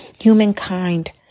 humankind